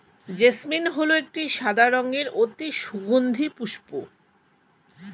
jasmine হল একটি সাদা রঙের অতি সুগন্ধি পুষ্প